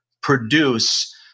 produce